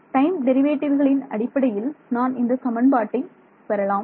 time டெரிவேட்டிவ்களின் அடிப்படையில் நான் இந்த சமன்பாட்டை பெறலாம்